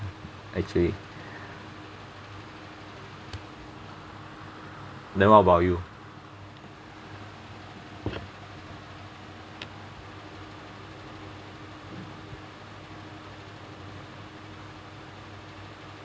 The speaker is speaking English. actually then what about you